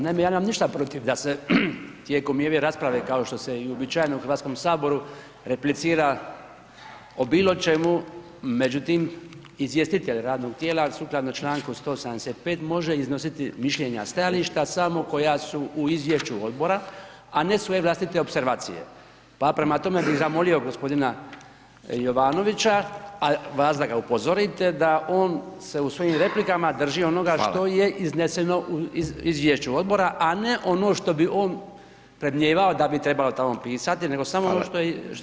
Naime, ja nemam ništa protiv da se tijekom i ove rasprave, kao što se i uobičajeno u HS replicira o bilo čemu, međutim, izvjestitelj radnog tijela sukladno čl. 185. može iznositi mišljenja, stajališta samo koja su u izvješću Odbora, a ne svoje vlastite opservacije, pa prema tome bi zamolio g. Jovanovića, a vas da ga upozorite da on se u svojim replikama drži onoga [[Upadica: Hvala]] što je izneseno u izvješću Odbora, a ono što bi on predmnijevao da bi trebalo tamo pisati [[Upadica: Hvala]] nego samo ono što